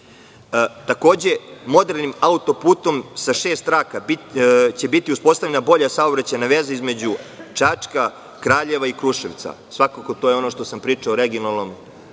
Bar. Takođe, modernim autoputom se šest traka će biti uspostavljena bolja saobraćajna veza između Čačka, Kraljeva i Kruševca. Svakako to je ono što sam pričao o regionalnom